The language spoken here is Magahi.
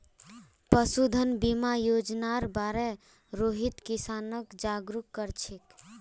पशुधन बीमा योजनार बार रोहित किसानक जागरूक कर छेक